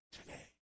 today